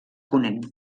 ponent